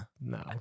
no